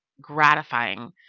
gratifying